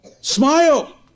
Smile